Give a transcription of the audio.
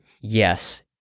Yes